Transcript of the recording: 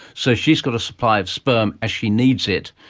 so she's got a supply of sperm as she needs it,